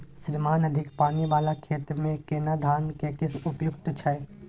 श्रीमान अधिक पानी वाला खेत में केना धान के किस्म उपयुक्त छैय?